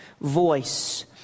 voice